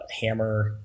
hammer